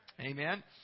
Amen